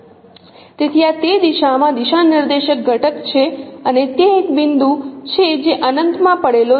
તેથી આ તે દિશામાં દિશા નિર્દેશક ઘટક છે અને તે એક બિંદુ છે જે અનંતમાં પડેલો છે